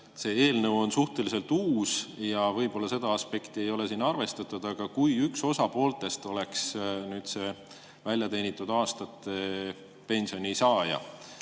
see eelnõu on suhteliselt uus ja võib-olla seda aspekti ei ole siin arvestatud. Aga kui üks osapooltest oleks see väljateenitud aastate pensioni saaja